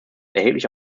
erhebliche